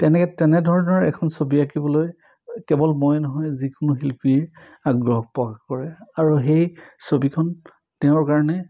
তেনেকৈ তেনেধৰণৰ এখন ছবি আঁকিবলৈ কেৱল ময়ে নহয় যিকোনো শিল্পীৰ আগ্ৰহ প্ৰকাশ কৰে আৰু সেই ছবিখন তেওঁৰ কাৰণে